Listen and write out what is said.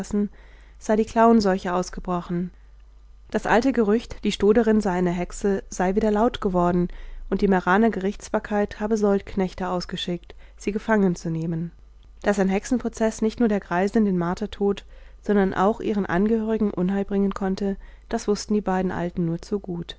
sei die klauenseuche ausgebrochen das alte gerücht die stoderin sei eine hexe sei wieder laut geworden und die meraner gerichtsbarkeit habe soldknechte ausgeschickt sie gefangen zu nehmen daß ein hexenprozeß nicht nur der greisin den martertod sondern auch ihren angehörigen unheil bringen konnte das wußten die beiden alten nur zu gut